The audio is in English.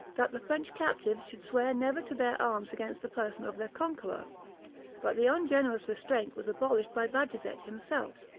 that the french captives should swear never to bear arms against the person of their conqueror but the ungenerous restraint was abolished by bajazet himself.